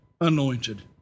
anointed